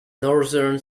northern